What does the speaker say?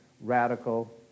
radical